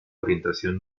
orientación